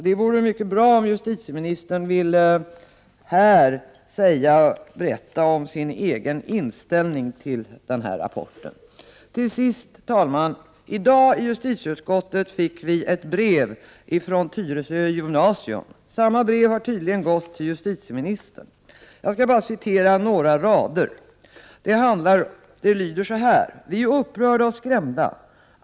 Det vore mycket bra om justitieministern här ville berätta om sin egen inställning till denna rapport. Herr talman! I dag fick justitieutskottet ett brev från Tyresö gymnasium. Samma brev har tydligen gått till justitieministern. Jag skall bara citera några rader: ”Vi är upprörda och skrämda.